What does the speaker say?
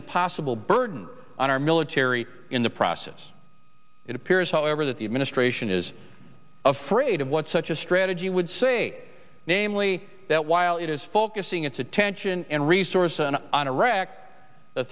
impossible burden on our military in the process it appears however that the administration is afraid of what such a strategy would say namely that while it is focusing its attention and resources and on iraq